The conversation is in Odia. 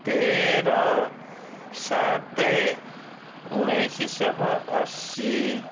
ତେର ସାତେ ଉଣେଇଶ ଶହ ଅଶି